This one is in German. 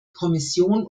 kommission